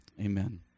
amen